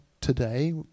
today